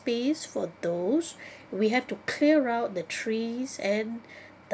space for those we have to clear out the trees and